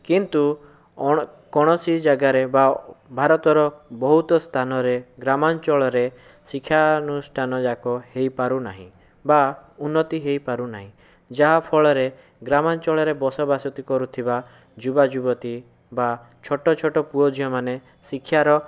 କିନ୍ତୁ କୌଣସି ଜାଗାରେ ବା ଭାରତର ବହୁତ ସ୍ଥାନରେ ଗ୍ରାମାଞ୍ଚଳରେ ଶିକ୍ଷା ଅନୁଷ୍ଠାନଯାକ ହୋଇପାରୁ ନାହିଁ ବା ଉନ୍ନତି ହୋଇପାରୁ ନାହିଁ ଯାହା ଫଳରେ ଗ୍ରାମାଞ୍ଚଳରେ ବଶବାସତି କରୁଥିବା ଯୁବା ଯୁବତୀ ବା ଛୋଟ ଛୋଟ ପୁଅ ଝିଅମାନେ ଶିକ୍ଷାର